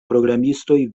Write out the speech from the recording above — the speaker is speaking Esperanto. programistoj